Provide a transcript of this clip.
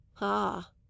Ah